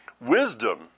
Wisdom